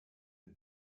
mit